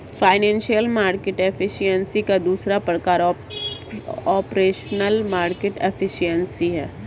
financial market efficiency का दूसरा प्रकार ऑपरेशनल मार्केट एफिशिएंसी है